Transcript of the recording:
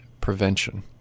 prevention